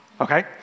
okay